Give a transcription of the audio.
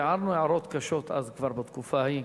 והערנו הערות קשות כבר בתקופה ההיא.